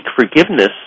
forgiveness